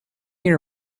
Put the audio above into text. you